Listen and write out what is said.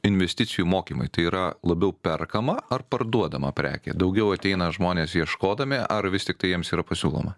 investicijų mokymai tai yra labiau perkama ar parduodama prekė daugiau ateina žmonės ieškodami ar vis tiktai jiems yra pasiūloma